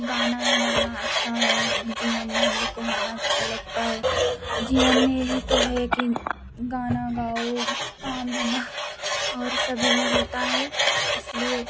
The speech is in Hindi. गाना गाना अच्छा है जीवन में हम लोग को गाना अच्छा लगता है जीवन में यही तो है कि गाना गाओ काम धंधा और सब यही होता है इसलिए